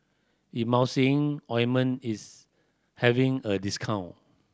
Emulsying Ointment is having a discount